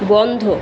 বন্ধ